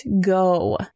go